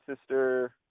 Sister